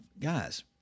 guys